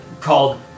called